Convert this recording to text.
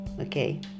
okay